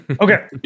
okay